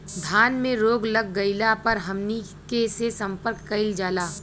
धान में रोग लग गईला पर हमनी के से संपर्क कईल जाई?